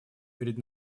перед